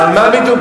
ועל מה מדובר?